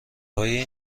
های